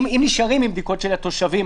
אם נשארים עם הבדיקות של התושבים,